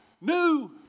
new